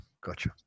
gotcha